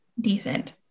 decent